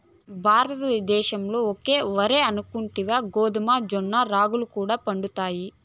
భారతద్దేశంల ఒక్క ఒరే అనుకుంటివా గోధుమ, జొన్న, రాగులు కూడా పండతండాయి